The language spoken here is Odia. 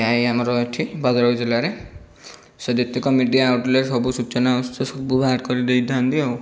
ଆମର ଏଠି ଭଦ୍ରକ ଜିଲ୍ଲାରେ ଯେତିକି ମିଡ଼ିଆ ଆଉଟଲେଟ୍ ସୂଚନା ଉତ୍ସ ସବୁ ବାହାର କରିଦେଇଥାନ୍ତି ଆଉ